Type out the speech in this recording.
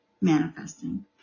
manifesting